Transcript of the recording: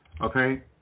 Okay